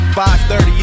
5.30